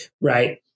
Right